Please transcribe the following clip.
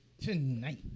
Tonight